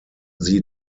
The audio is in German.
sie